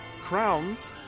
Crowns